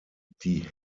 die